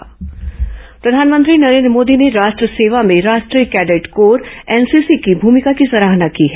प्रधानमंत्री एनसीसी प्रधानमंत्री नरेन्द्र मोदी ने राष्ट्र सेवा में राष्ट्रीय कैंडेट कोर एनसीसी की भूमिका की सराहना की है